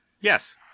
Yes